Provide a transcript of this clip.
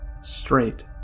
Straight